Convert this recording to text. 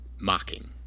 mocking